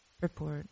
Report